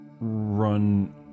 run